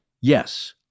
Yes